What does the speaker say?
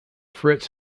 fritz